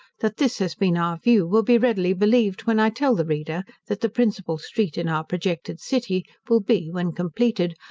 that this has been our view will be readily believed, when i tell the reader, that the principal street in our projected city will be, when completed,